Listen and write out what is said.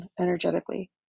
energetically